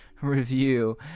review